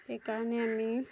সেইকাৰণে আমি